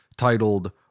titled